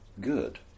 good